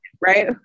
right